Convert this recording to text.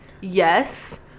Yes